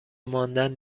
ماندن